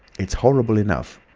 it's horrible enough.